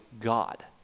God